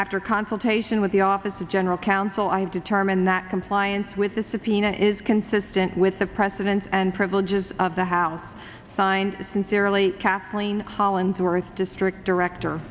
after consultation with the office of general counsel i determine that compliance with the subpoena is consistent with the precedents and privileges of the house signed sincerely kathleen hollandsworth district director